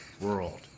world